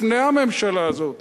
לפני הממשלה הזאת,